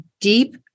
deep